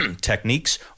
techniques